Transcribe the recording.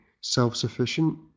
self-sufficient